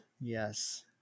Yes